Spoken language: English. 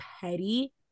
petty